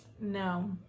No